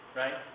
right